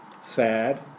sad